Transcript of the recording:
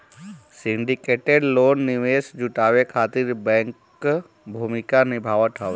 syndicated loan निवेश जुटावे खातिर बैंक कअ भूमिका निभावत हवे